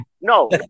No